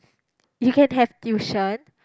you can have tuition